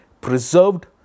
preserved